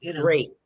Great